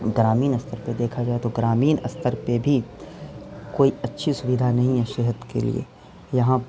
گرامین استر پر دیکھا جائے تو گرامین استر پہ بھی کوئی اچھی سویدھا نہیں ہے صحت کے لیے یہاں